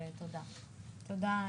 תודה,